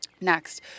next